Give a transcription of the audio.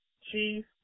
Chief